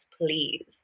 please